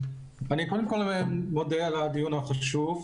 אני מודה על הדיון החשוב.